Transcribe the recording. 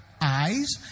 eyes